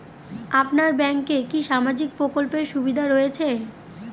আপনার ব্যাংকে কি সামাজিক প্রকল্পের সুবিধা রয়েছে?